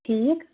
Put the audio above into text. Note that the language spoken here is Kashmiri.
ٹھیٖک